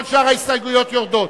כל שאר ההסתייגויות יורדות.